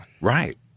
Right